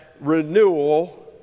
renewal